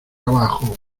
abajo